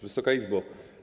Wysoka Izbo!